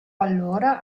allora